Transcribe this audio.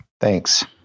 Thanks